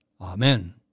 Amen